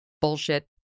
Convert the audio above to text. bullshit